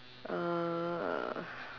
uh